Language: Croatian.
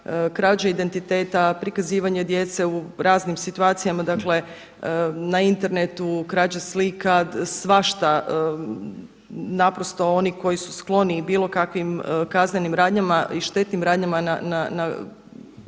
krađe identiteta, prikazivanje djece u raznim situacijama, dakle na internetu, krađe slika, svašta naprosto oni koji su skloni bilo kakvim kaznenim radnjama i štetnim radnjama na